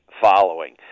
following